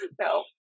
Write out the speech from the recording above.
no